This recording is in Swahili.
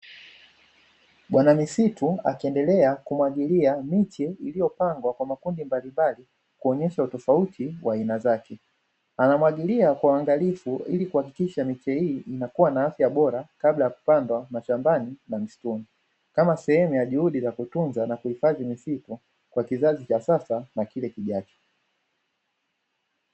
Bwana misitu akiendelea kumwagilia miti iliyopangwa kwa makundi mbalimbali kuonyesha utofauti wa aina zake, anamwagilia kuangalia ili kuhakikisha mechi hii inakuwa na afya bora kabla ya kupandwa mashambani na msituni, kama sehemu ya juhudi za kutunza na kuhifadhi ni siku kwa kizazi cha sasa na kile kijacho.